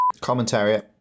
Commentariat